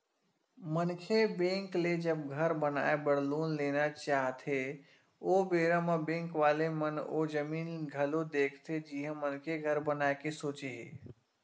मनखे बेंक ले जब घर बनाए बर लोन लेना चाहथे ओ बेरा म बेंक वाले मन ओ जमीन ल घलो देखथे जिहाँ मनखे घर बनाए के सोचे हे